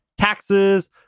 taxes